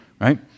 right